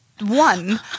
one